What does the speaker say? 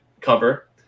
cover